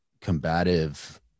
combative